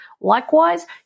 Likewise